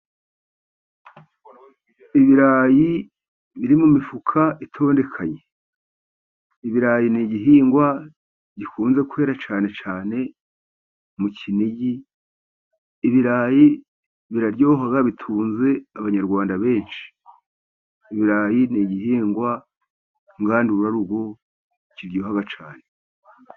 Ibirayi biri mu mifuka itondekanye; ibirayi ni igihingwa gikunze kwera cyane cyane mu kinigi. Ibirayi biraryoha bitunze abanyarwanda benshi, ibirayi ni igihingwa ngandurarugo kiryoha cyane cyane.